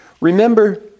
Remember